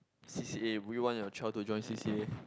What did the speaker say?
C_C_A would you want your child to join C_C_A